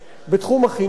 אדוני היושב-ראש,